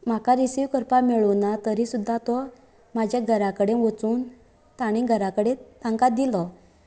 म्हाका रिसीव्ह करपाक मेळूना तरी सुद्दां तो म्हाज्या घरा कडेन वचून तांणी घरा कडेन तांकां दिलो